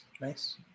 nice